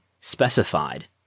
specified